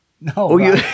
No